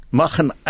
maken